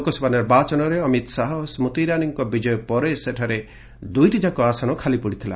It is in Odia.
ଲୋକସଭା ନିର୍ବାଚନରେ ଅମିତ ଶାହା ଓ ସ୍ତ୍ରତି ଇରାନୀଙ୍କ ବିଜୟ ପରେ ସେଠାରେ ଦୂଇଟିଯାକ ଆସନ ଖାଲି ପଡ଼ିଥିଲା